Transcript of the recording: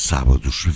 Sábados